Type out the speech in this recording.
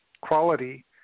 quality